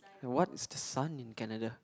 what is the sun in Canada